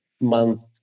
month